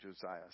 Josiah